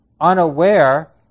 unaware